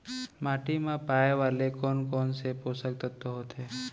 माटी मा पाए वाले कोन कोन से पोसक तत्व होथे?